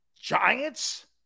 Giants